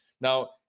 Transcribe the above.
Now